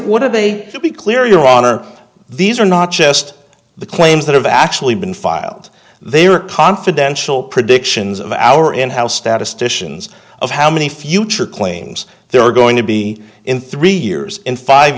what are they to be clear your honor these are not just the claims that have actually been filed they are confidential predictions of our in house statisticians of how many future claims there are going to be in three years in five